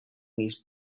these